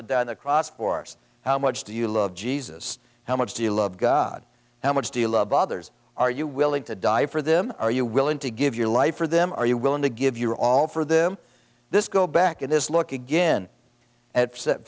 to die on the cross for us how much do you love jesus how much do you love god how much do you love others are you willing to die for them are you willing to give your life for them are you willing to give your all for them this go back it is look again at